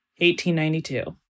1892